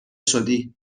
شدی